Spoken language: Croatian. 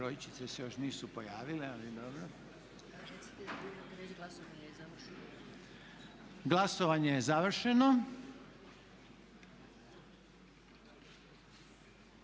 Glasovanje je završeno.